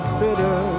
bitter